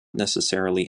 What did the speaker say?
necessarily